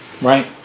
Right